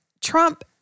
Trump